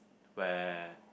where